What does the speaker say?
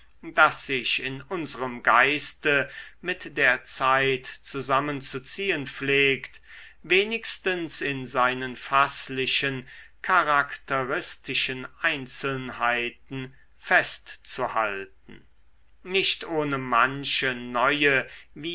das sich in unserem geiste mit der zeit zusammenzuziehen pflegt wenigstens in seinen faßlichen charakteristischen einzelnheiten festzuhalten nicht ohne manche neue